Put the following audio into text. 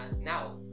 now